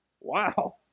Wow